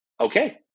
Okay